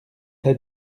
t’a